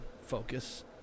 focus